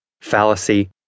fallacy